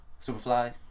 superfly